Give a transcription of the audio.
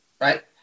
right